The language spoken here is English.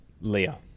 Leah